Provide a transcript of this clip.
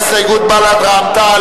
ההסתייגות של קבוצת סיעות בל"ד רע"ם-תע"ל